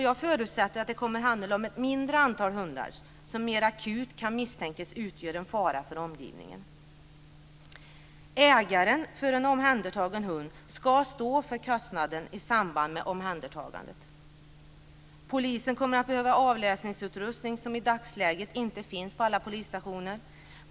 Jag förutsätter att det kommer att handla om ett mindre antal hundar som mer akut kan misstänkas utgöra en fara för omgivningen. Ägaren till en omhändertagen hund ska stå för kostnaderna i samband med omhändertagandet. Polisen kommer att behöva avläsningsutrustning som i dagsläget inte finns på alla polisstationer.